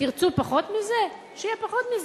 תרצו פחות מזה, שיהיה פחות מזה,